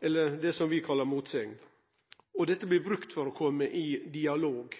eller det som vi kallar motsegner. Dette blir brukt for å komme i dialog.